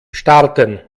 starten